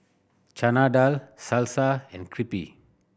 Chana Dal Salsa and Crepe